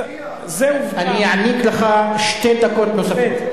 אני אעניק לך שתי דקות נוספות.